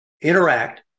interact